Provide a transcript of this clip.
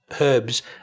herbs